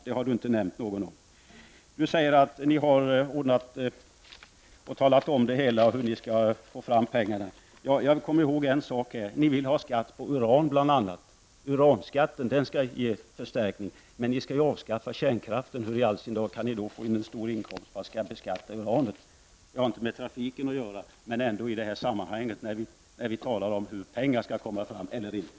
Det har Rune Thorén inte nämnt något om. Rune Thorén säger att man har redovisat hur man skall få fram pengarna. Jag kommer ihåg att ni bl.a. vill ha skatt på uran. Uranskatten skall ge en förstärkning i detta sammanhang. Men ni vill ju avskaffa kärnkraften. Hur i all sin dar kan ni då få in en stor inkomst på att beskatta uranet? Detta har inte med trafiken att göra, men det har betydelse när vi talar om hur pengar skall kunna tas fram i detta sammanhang.